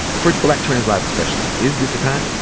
for black trans lives especially, is this a time?